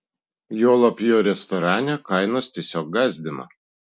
juolab jo restorane kainos tiesiog gąsdina